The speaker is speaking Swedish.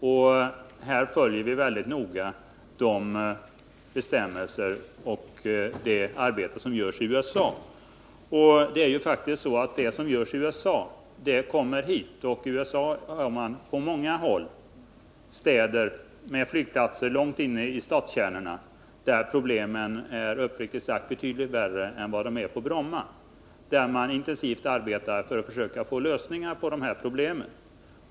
Vi följer mycket noga bestämmelserna och arbetet i USA — det är faktiskt så att det som görs i USA kommer hit. På många håll i USA finns städer som har flygplatser långt inne i stadskärnorna. Problemen där är uppriktigt sagt betydligt värre än vad de är på Bromma, och man arbetar intensivt för att försöka få lösningar på de här problemen.